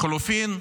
לחלופין,